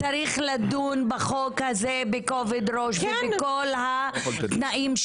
צריך לדון בחוק הזה בכובד ראש ולפי כל התנאים.